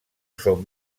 són